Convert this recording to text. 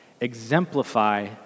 exemplify